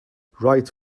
write